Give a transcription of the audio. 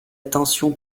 attention